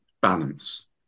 balance